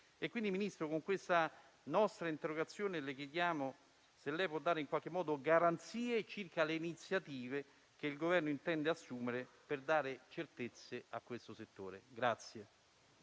Quindi, Ministro, con questa nostra interrogazione le chiediamo se può dare in qualche modo garanzie circa le iniziative che il Governo intende assumere per dare certezze a questo settore.